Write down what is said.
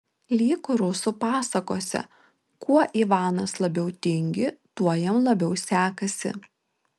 lyg rusų pasakose kuo ivanas labiau tingi tuo jam labiau sekasi